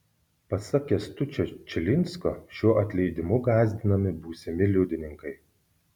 pasak kęstučio čilinsko šiuo atleidimu gąsdinami būsimi liudininkai